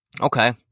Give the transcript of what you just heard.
Okay